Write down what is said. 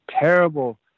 terrible